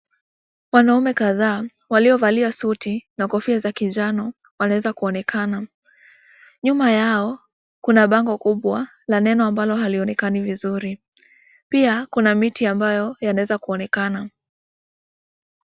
Wanaume kadhaa waliovalia suti na kofia za kinjanjano wanaweza kuonekana, nyuma yao kuna bango kubwa la neno ambalo halionekani vizuri. Pia kuna miti ambayo yanaweza kuonekana.